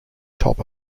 top